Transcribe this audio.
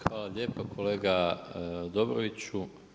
Hvala lijepa kolega Dobroviću.